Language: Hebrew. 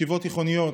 ישיבות תיכוניות,